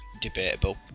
Debatable